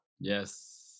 Yes